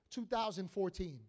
2014